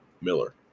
Miller